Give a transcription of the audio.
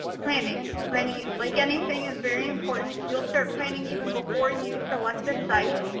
planning. planning, like anything, is very important. you'll start planning even before you select a site,